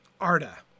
Arda